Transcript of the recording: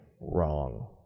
wrong